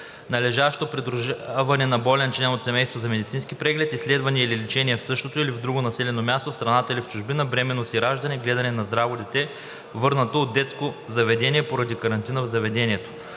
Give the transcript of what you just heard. на лежащо придружаване на болен член от семейството за медицински преглед; изследване или лечение в същото или в друго населено място, в страната или в чужбина, бременност и раждане; гледане на здраво дете, върнато от детско заведение поради карантина в заведението.